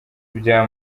bya